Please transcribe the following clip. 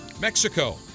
Mexico